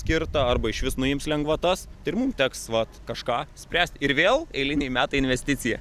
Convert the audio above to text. skirtą arba išvis nuims lengvatas ir mums teks vat kažką spręst ir vėl eiliniai metai investicija